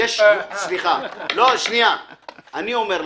אני אומר לך: